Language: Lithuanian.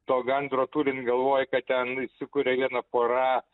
to gandro turint galvoj kad ten įsikūria viena pora